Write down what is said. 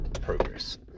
progress